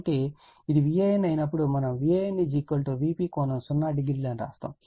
కాబట్టి ఇది Van అయినప్పుడు మనము Van Vp ∠00 అని వ్రాస్తాము